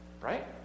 Right